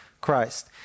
christ